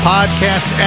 Podcast